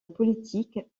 politique